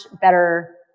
better